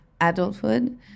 adulthood